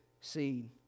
seed